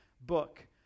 book